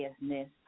business